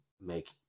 make